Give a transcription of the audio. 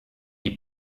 die